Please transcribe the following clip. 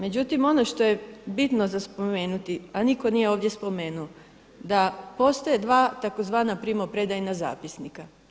Međutim, ono što je bitno za spomenuti, a nitko nije ovdje spomenuo, da postoje dva tzv. primopredajna zapisnika.